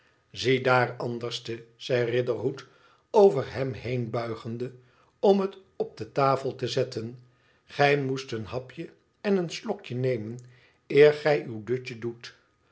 ziedaar anderste zei riderhood over hem heen buigende om het op de tafel te zetten gij moest een hapje en een slokje nemen eer gij uw dutje doet